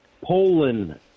Poland